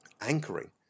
anchoring